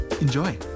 Enjoy